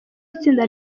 itsinda